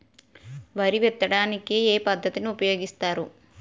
వరి విత్తడానికి ఏ పద్ధతిని ఉపయోగిస్తారు?